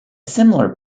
similar